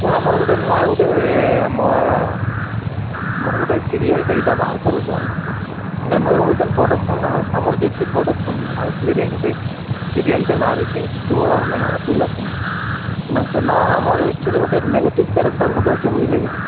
ଆଚ୍ଛା ଆମର ଗୋଟେ ନୂଆ ଗୋଟେ ଆମର ଆମର ଗୋଟେ ସିରିଏଲ୍ଟେ ଏଇଟା ବାହାର କରୁଛୁ ନା ନୁହ ଯେତେବେଳେ ପ୍ରଡକ୍ସନ ଆମର ଯେତିକି ପ୍ରଡକ୍ସନ ଗୋଟେ ସିରିଏଲ୍ଟେ ବାହାରୁଛି ତୋ ଅଗଣାର ତୁଳସୀ ମୁଁ ନା ସେ ଆମର ଆକ୍ୱାଚଲି ଗୋଟେ ନେଗେଟିଭ କ୍ୟାରେକ୍ଟର ଗୋଟେ ଅଛି ବୁଝିଲ କି